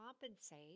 compensate